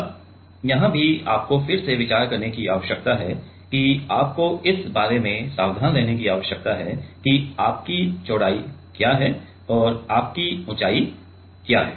अब यहां भी आपको फिर से विचार करने की आवश्यकता है कि आपको इस बारे में सावधान रहने की आवश्यकता है कि आपकी चौड़ाई क्या है और आपकी ऊंचाई क्या है